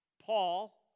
Paul